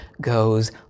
goes